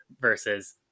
versus